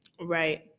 right